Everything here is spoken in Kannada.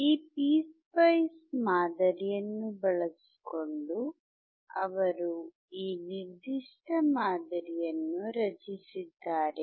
ಈ ಪಿಸ್ಪೈಸ್ ಮಾದರಿಯನ್ನು ಬಳಸಿಕೊಂಡು ಅವರು ಈ ನಿರ್ದಿಷ್ಟ ಮಾದರಿಯನ್ನು ರಚಿಸಿದ್ದಾರೆ